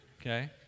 okay